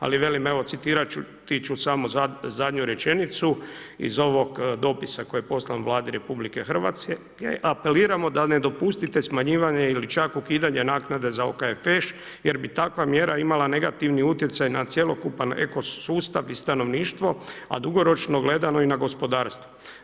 Ali velim, evo, citirat ću samo zadnju rečenicu iz ovog dopisa koji je poslan Vladi RH: „Apeliramo da ne dopustite smanjenje ili čak ukidanje naknade za OKFŠ jer bi takva mjera imala negativni utjecaj na cjelokupan ekosustav i stanovništvo a dugoročno gledano i na gospodarstvo.